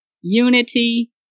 unity